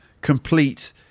complete